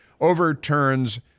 overturns